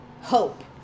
hope